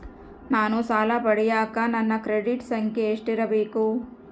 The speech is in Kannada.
ನಾನು ಸಾಲ ಪಡಿಯಕ ನನ್ನ ಕ್ರೆಡಿಟ್ ಸಂಖ್ಯೆ ಎಷ್ಟಿರಬೇಕು?